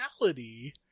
reality